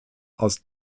aus